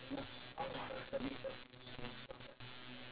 so